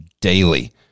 daily